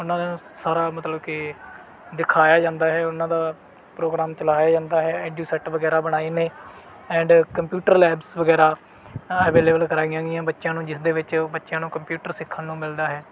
ਉਹਨਾਂ ਦਾ ਸਾਰਾ ਮਤਲਬ ਕਿ ਦਿਖਾਇਆ ਜਾਂਦਾ ਹੈ ਉਹਨਾਂ ਦਾ ਪ੍ਰੋਗਰਾਮ ਚਲਾਇਆ ਜਾਂਦਾ ਹੈ ਐਜੂ ਸੈਟ ਵਗੈਰਾ ਬਣਾਏ ਨੇ ਐਂਡ ਕੰਪਿਊਟਰ ਲੈਬਸ ਵਗੈਰਾ ਅਵੇਲੇਬਲ ਕਰਵਾਈਆਂ ਗਈਆਂ ਬੱਚਿਆਂ ਨੂੰ ਜਿਸ ਦੇ ਵਿੱਚ ਬੱਚਿਆਂ ਨੂੰ ਕੰਪਿਊਟਰ ਸਿੱਖਣ ਨੂੰ ਮਿਲਦਾ ਹੈ